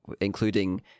including